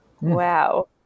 Wow